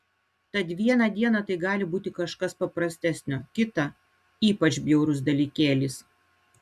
tad vieną dieną tai gali būti kažkas paprastesnio kitą ypač bjaurus dalykėlis